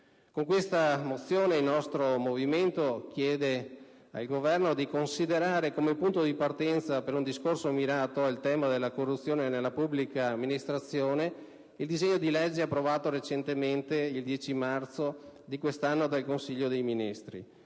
Con questa mozione, il nostro movimento chiede quindi al Governo di considerare come punto di partenza per un discorso mirato al tema della corruzione nella pubblica amministrazione il disegno di legge approvato il 10 marzo di quest'anno dal Consiglio dei ministri,